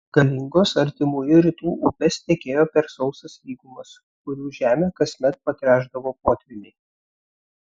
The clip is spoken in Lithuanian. galingos artimųjų rytų upės tekėjo per sausas lygumas kurių žemę kasmet patręšdavo potvyniai